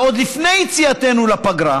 שעוד לפני יציאתנו לפגרה